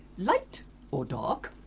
light or dark,